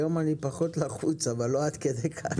היום אני פחות לחוץ אבל לא עד כדי כך.